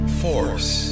force